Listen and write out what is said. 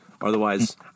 Otherwise